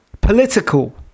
political